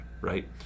right